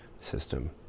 system